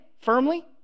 firmly